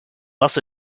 thus